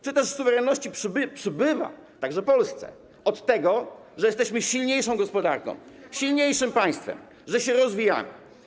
Czy też suwerenności przybywa, także Polsce, od tego, że jesteśmy silniejszą gospodarką, silniejszym państwem, że się rozwijamy.